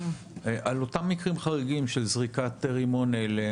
על אותם מקרים חריגים של זריקת רימון הלם,